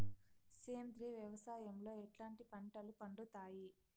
సేంద్రియ వ్యవసాయం లో ఎట్లాంటి పంటలు పండుతాయి